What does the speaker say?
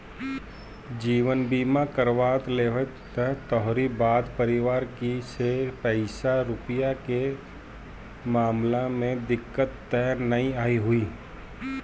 जीवन बीमा करवा लेबअ त तोहरी बाद परिवार के पईसा रूपया के मामला में दिक्कत तअ नाइ होई